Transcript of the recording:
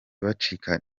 bacika